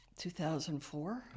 2004